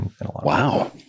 Wow